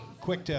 quick